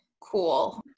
cool